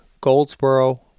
Goldsboro